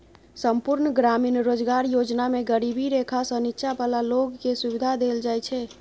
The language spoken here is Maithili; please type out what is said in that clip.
संपुर्ण ग्रामीण रोजगार योजना मे गरीबी रेखासँ नीच्चॉ बला लोक केँ सुबिधा देल जाइ छै